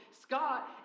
Scott